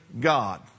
God